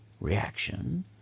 reaction